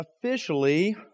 officially